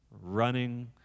running